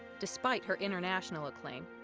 despite her international acclaim,